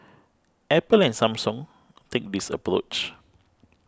Apple and Samsung take this approach